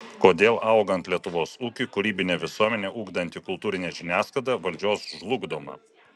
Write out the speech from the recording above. kodėl augant lietuvos ūkiui kūrybinę visuomenę ugdanti kultūrinė žiniasklaida valdžios žlugdoma